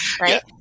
right